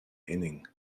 inning